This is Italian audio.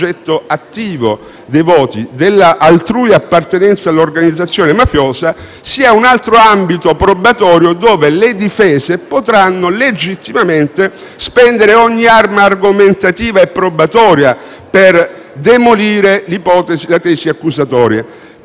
attivo dei voti, della altrui appartenenza all'organizzazione mafiosa sia un altro ambito probatorio, dove le difese potranno legittimamente spendere ogni arma argomentativa e probatoria per demolire l'ipotesi e la tesi accusatoria.